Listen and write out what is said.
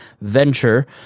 venture